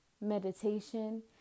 meditation